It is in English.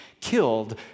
killed